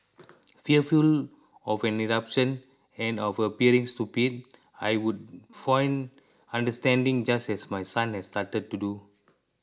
fearful of an eruption and of appearing stupid I would feign understanding just as my son has started to do